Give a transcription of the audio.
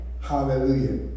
hallelujah